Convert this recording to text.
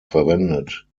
verwendet